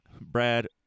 Brad